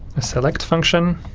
a select function,